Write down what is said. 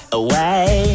away